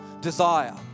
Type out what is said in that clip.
desire